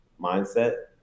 mindset